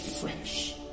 fresh